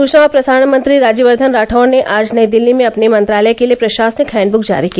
सूचना और प्रसारण मंत्री राज्यवर्धन राठौड़ ने आज नई दिल्ली में अपने मंत्रालय के लिए प्रशासनिक हैंडब्रक जारी की